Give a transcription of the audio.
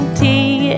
tea